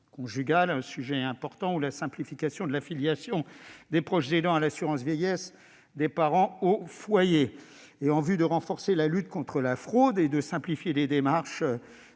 conjugales et à la simplification de l'affiliation des proches aidants à l'assurance vieillesse des parents au foyer. Enfin, en vue de renforcer la lutte contre la fraude et de simplifier les démarches